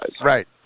Right